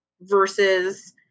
versus